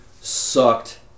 Sucked